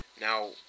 Now